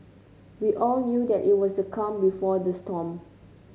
we all knew that it was the calm before the storm